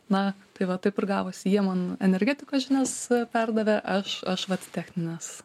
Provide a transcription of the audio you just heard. na tai va taip ir gavosi jie man energetikos žinias perdavė aš aš vat technines